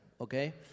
okay